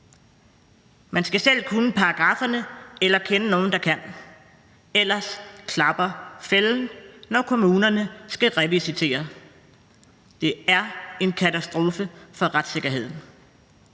Man skal selv kunne paragrafferne eller kende nogle, der kan, for ellers klapper fælden, når kommunerne skal revisitere. Det er en katastrofe for retssikkerheden.